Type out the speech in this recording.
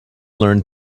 learned